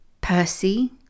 Percy